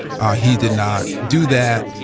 ah he did not do that.